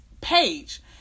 page